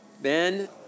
Ben